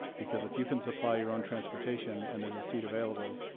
because if you can supply your own transportation and there's a seat available,